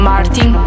Martin